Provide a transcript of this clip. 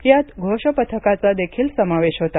यात घोषपथकाचादेखील समावेश होता